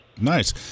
Nice